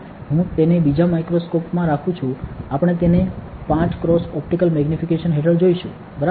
હું તેને બીજા માઇક્રોસ્કોપ મા રાખું છું આપણે તેને 5 x ઓપ્ટિકલ મેગ્નિફિકેશન હેઠળ જોઈશું બરાબર